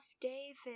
David